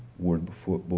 word but for. but